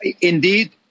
Indeed